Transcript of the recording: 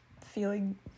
feeling